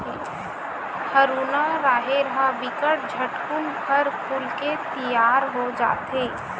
हरूना राहेर ह बिकट झटकुन फर फूल के तियार हो जथे